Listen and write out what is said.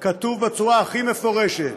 כתוב בצורה הכי מפורשת: